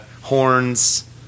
horns